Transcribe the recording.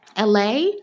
LA